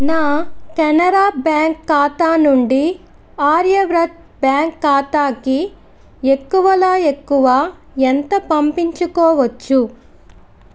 నా కెనరా బ్యాంక్ ఖాతా నుండి ఆర్యవ్రత్ బ్యాంక్ ఖాతాకి ఎక్కువలో ఎక్కువ ఎంత పంపించుకోవచ్చు